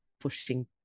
pushing